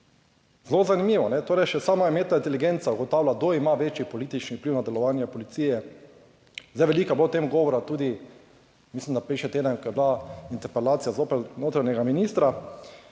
Zelo zanimivo. Torej še sama umetna inteligenca ugotavlja, kdo ima večji politični vpliv na delovanje policije. Zdaj, veliko je bilo o tem govora tudi mislim, da prejšnji teden, ko je bila interpelacija zoper notranjega ministra.